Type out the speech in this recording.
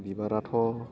बिबाराथ'